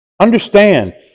Understand